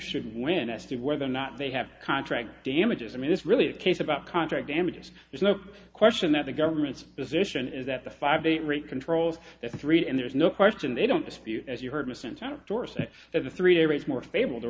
should win as to whether or not they have a contract damages i mean it's really a case about contract damages there's no question that the government's position is that the five day rate controls three and there's no question they don't dispute as you heard misinterpret or say as a three day rate more favorable to